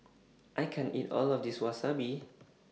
I can't eat All of This Wasabi